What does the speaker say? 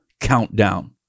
countdown